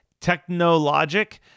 Technologic